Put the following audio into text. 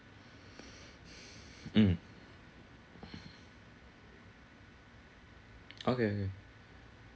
mm okay okay